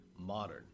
modern